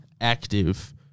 active